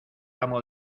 amo